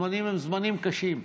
הזמנים הם זמנים קשים.